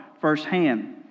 firsthand